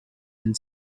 and